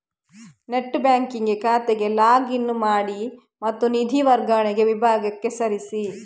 net banking ಖಾತೆಗೆ log in ಮಾಡಿ ಮತ್ತು ನಿಧಿ ವರ್ಗಾವಣೆ ವಿಭಾಗಕ್ಕೆ ಸರಿಸಿ